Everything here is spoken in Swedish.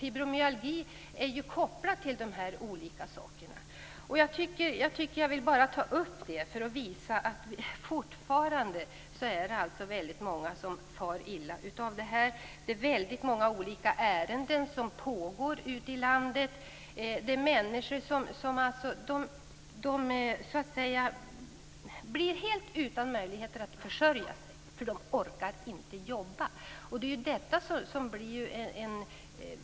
Fibromyalgi är ju kopplat till de här olika sakerna. Jag ville ta upp de här frågorna för att visa att det fortfarande är väldigt många som far illa. Väldigt många olika ärenden pågår ute i landet där människor blir helt utan möjlighet att försörja sig. De orkar nämligen inte jobba.